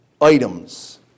items